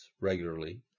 regularly